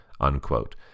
unquote